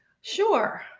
Sure